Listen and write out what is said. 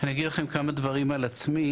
אני אגיד לכם כמה דברים על עצמי.